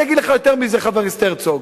ואני אגיד לך יותר מזה, חבר הכנסת הרצוג,